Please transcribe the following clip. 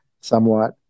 somewhat